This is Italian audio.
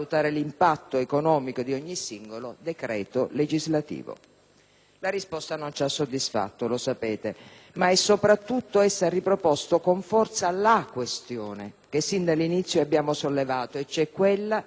La risposta non ci ha soddisfatto - lo sapete - ma soprattutto essa ha riproposto con forza la questione che sin dall'inizio abbiamo sollevato, cioè quella del ruolo del Parlamento nell'attuazione del federalismo fiscale.